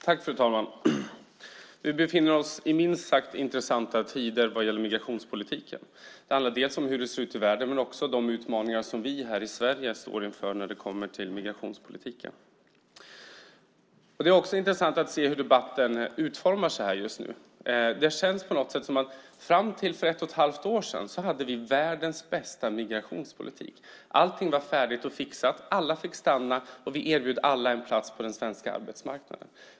Fru talman! Vi befinner oss i minst sagt intressanta tider när det gäller migrationspolitiken. Det handlar om hur det ser ut i världen men också om de utmaningar som vi här i Sverige står inför när det kommer till migrationspolitiken. Det är också intressant att se hur debatten utformar sig här just nu. Det känns på något sätt som om vi fram till för ett och ett halvt år sedan hade världens bästa migrationspolitik. Allting var färdigt och fixat, alla fick stanna, och vi erbjöd alla en plats på den svenska arbetsmarknaden.